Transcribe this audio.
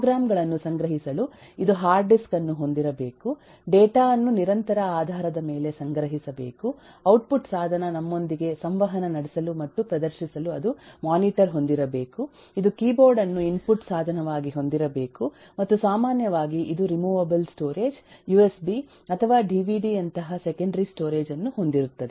program ಗಳನ್ನು ಸಂಗ್ರಹಿಸಲು ಇದು ಹಾರ್ಡ್ ಡಿಸ್ಕ್ ಅನ್ನು ಹೊಂದಿರಬೇಕು ಡೇಟಾ ಅನ್ನು ನಿರಂತರ ಆಧಾರದ ಮೇಲೆ ಸಂಗ್ರಹಿಸಬೇಕು ಔಟ್ಪುಟ್ ಸಾಧನ ನಮ್ಮೊಂದಿಗೆ ಸಂವಹನ ನಡೆಸಲು ಮತ್ತು ಪ್ರದರ್ಶಿಸಲು ಅದು ಮಾನಿಟರ್ ಹೊಂದಿರಬೇಕು ಇದು ಕೀಬೋರ್ಡ್ ಅನ್ನು ಇನ್ಪುಟ್ ಸಾಧನವಾಗಿ ಹೊಂದಿರಬೇಕು ಮತ್ತು ಸಾಮಾನ್ಯವಾಗಿ ಇದು ರಿಮೂವ್ವೇಬಲ್ ಸ್ಟೋರೇಜ್ ಯುಎಸ್ ಬಿ ಅಥವಾ ಡಿವಿಡಿ ಯಂತಹ ಸೆಕೆಂಡರಿ ಸ್ಟೋರೇಜ್ ಅನ್ನು ಹೊಂದಿರುತ್ತದೆ